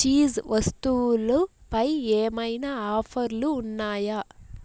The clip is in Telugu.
చీజ్ వస్తువులు పై ఏమైనా ఆఫర్లు ఉన్నాయా